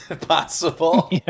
possible